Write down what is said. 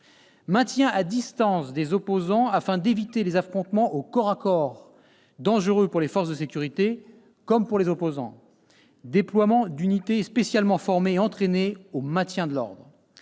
maintien à distance des opposants, afin d'éviter les affrontements au corps à corps, dangereux pour les forces de sécurité, comme pour les opposants ; déploiement d'unités spécialement formées et entraînées au maintien de l'ordre.